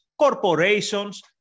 corporations